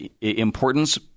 importance